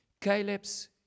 Caleb's